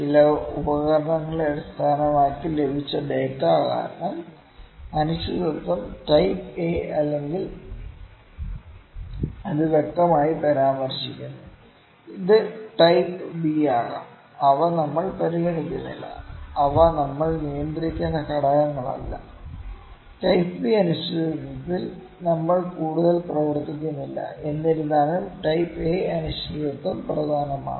ചില ഉപകരണങ്ങളെ അടിസ്ഥാനമാക്കി ലഭിച്ച ഡാറ്റ കാരണം അനിശ്ചിതത്വം ടൈപ്പ് എ അല്ലെങ്കിൽ അത് വ്യക്തമായി പരാമർശിക്കുന്നു അത് ടൈപ്പ് ബി ആകാം അവ നമ്മൾ പരിഗണിക്കുന്നില്ല അവ നമ്മൾ നിയന്ത്രിക്കുന്ന ഘടകങ്ങളല്ല ടൈപ്പ് ബി അനിശ്ചിതത്വത്തിൽ നമ്മൾ കൂടുതൽ പ്രവർത്തിക്കുന്നില്ല എന്നിരുന്നാലും ടൈപ്പ് എ അനിശ്ചിതത്വം പ്രധാനമാണ്